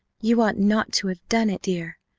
you ought not to have done it, dear.